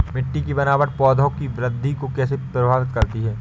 मिट्टी की बनावट पौधों की वृद्धि को कैसे प्रभावित करती है?